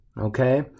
Okay